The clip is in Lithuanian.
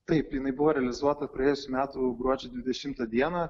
taip jinai buvo realizuota praėjusių metų gruodžio dvidešimtą dieną